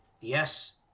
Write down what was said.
Yes